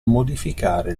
modificare